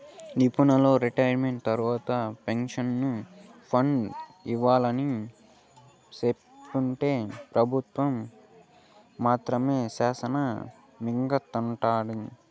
నిపునులు రిటైర్మెంట్ తర్వాత pension fund ఇవ్వాలని సెప్తుంటే పెబుత్వం మాత్రం శానా మింగతండాది